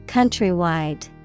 Countrywide